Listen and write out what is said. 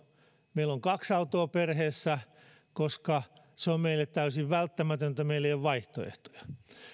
meillä on kaksi autoa perheessä koska se on meille täysin välttämätöntä meillä ei ole vaihtoehtoja